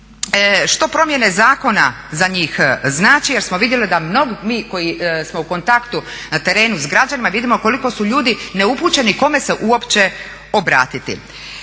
što promjene zakona za njih znače. Jer smo vidjeli da mnogi, mi koji smo u kontaktu na terenu s građanima, vidimo koliko su ljudi neupućeni kome se uopće obratiti.